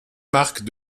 marques